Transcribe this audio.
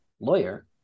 lawyer